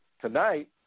tonight